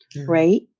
right